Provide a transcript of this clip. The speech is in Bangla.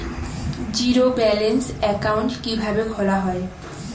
জিরো ব্যালেন্স একাউন্ট কিভাবে খোলা হয়?